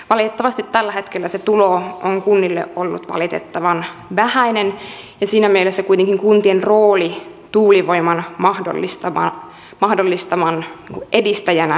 valitettavasti tällä hetkellä se tulo on kunnille ollut valitettavan vähäinen ja kuitenkin kuntien rooli tuulivoiman mahdollistamisen edistäjänä on erittäin suuri